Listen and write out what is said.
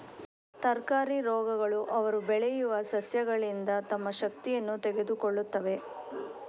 ತರಕಾರಿ ರೋಗಗಳು ಅವರು ಬೆಳೆಯುವ ಸಸ್ಯಗಳಿಂದ ತಮ್ಮ ಶಕ್ತಿಯನ್ನು ತೆಗೆದುಕೊಳ್ಳುತ್ತವೆ